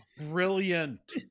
Brilliant